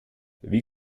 wie